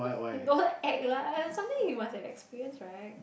don't act lah something you must have experienced right